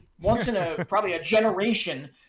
once-in-a-probably-a-generation